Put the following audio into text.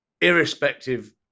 Irrespective